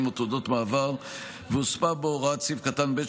או תעודות מעבר והוספה בו הוראת סעיף קטן (ב),